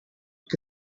che